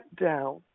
down